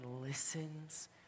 listens